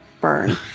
burn